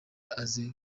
aze